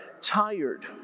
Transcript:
tired